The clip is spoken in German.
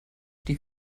die